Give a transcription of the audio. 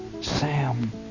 Sam